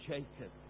Jacob